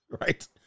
Right